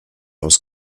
aus